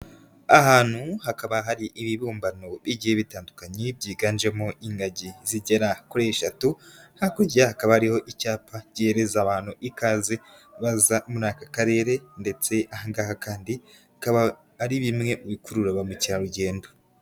Ahantu hakaba hari ibibumbano bigiye bitandukanye byiganjemo ingagi zigera kuri eshatu, hakurya hakaba hariho icyapa gihereza abantu ikaze baza muri aka Karere ndetse ahangaha kandi bikaba ari bimwe bikurura ba mukerarugendo.